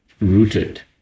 rooted